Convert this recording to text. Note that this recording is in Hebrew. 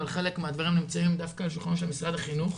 אבל חלק מהדברים נמצאים דווקא על שולחנו של משרד החינוך.